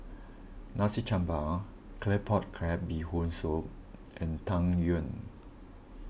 Nasi Campur Claypot Crab Bee Hoon Soup and Tang Yuen